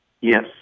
Yes